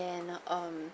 and um